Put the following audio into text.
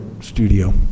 Studio